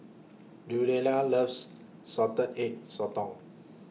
Luella loves Salted Egg Sotong